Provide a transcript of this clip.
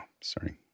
sorry